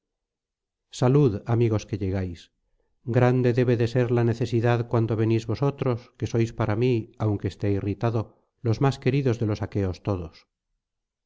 salud amigos que llegáis grande debe de ser la necesidad cuando venís vosotros que sois para mí aunque esté irritado los más queridos de los aqueos todos